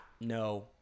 no